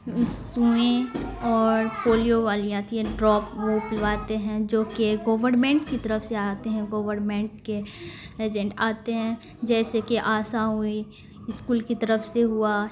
سوئیں اور پولیو والی آتی ہے ڈراپ وہ پلواتے ہیں جو کہ گورمنٹ کی طرف سے آتے ہیں گورمنٹ کے ایجنٹ آتے ہیں جیسے کہ آسا ہوئی اسکول کی طرف سے ہوا